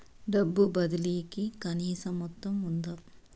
డబ్బు బదిలీ కి కనీస మొత్తం ఉందా?